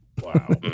Wow